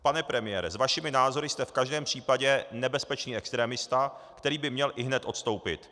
Pane premiére, s vašimi názory jste v každém případě nebezpečný extremista, který by měl ihned odstoupit.